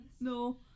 No